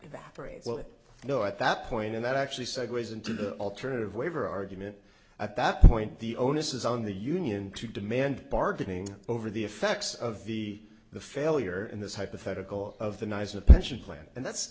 phrase we'll know at that point and that actually segues into the alternative waiver argument at that point the onus is on the union to demand bargaining over the effects of the the failure in this hypothetical of the nies a pension plan and that's